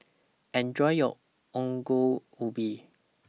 Enjoy your Ongol Ubi